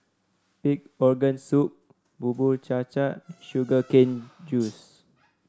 Pig Organ Soup Bubur Cha Cha Sugar Cane Juice